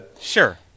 Sure